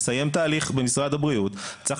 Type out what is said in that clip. הוא מסיים תהליך במשרד הבריאות והוא צריך